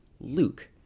Luke